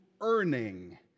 earning